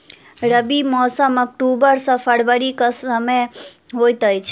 रबीक मौसम अक्टूबर सँ फरबरी क समय होइत अछि